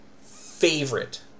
favorite